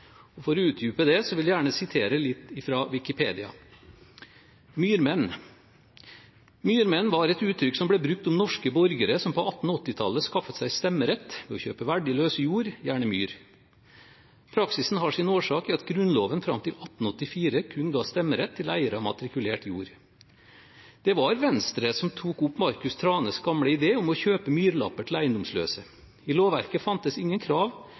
historie. For å utdype det vil jeg gjerne sitere litt fra Wikipedia om myrmenn: «Myrmenn var et uttrykk som ble brukt om norske borgere som på 1880-tallet skaffet seg stemmerett ved å kjøpe verdiløs jord, gjerne myr. Praksisen har sin årsak i at Grunnloven fram til 1884 kun ga stemmerett til eiere av matrikulert jord. Det var Venstre som tok opp Marcus Thranes gamle idé om å kjøpe myrlapper til eiendomsløse. I lovverket fantes ingen krav